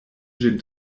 ĝin